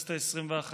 לכנסת העשרים-ואחת.